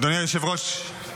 אדוני היושב-ראש,